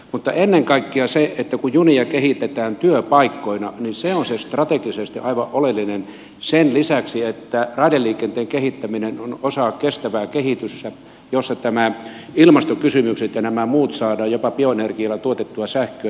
mutta ennen kaikkea se että junia kehitetään työpaikkoina on strategisesti aivan oleellista sen lisäksi että raideliikenteen kehittäminen on osa kestävää kehitystä jossa nämä ilmastokysymykset ja muut otetaan huomioon saadaan jopa bioenergialla tuotettua sähköä